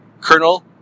colonel